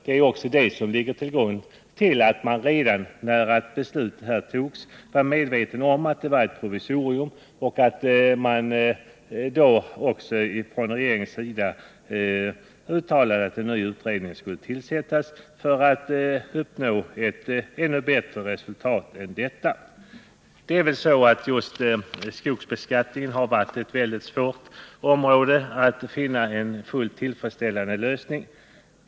Det är också det som ligger till grund för att man redan när beslutet fattades här i riksdagen var medveten om att det skulle vara ett provisorium och att regeringen uttalade att en ny utredning skulle tillsättas — för att man skulle uppnå ett ännu bättre resultat än detta. Just på skogsbeskattningens område har det varit mycket svårt att finna en fullt tillfredställande lösning.